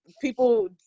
people